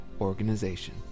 organization